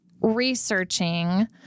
researching